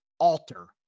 alter